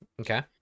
Okay